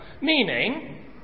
meaning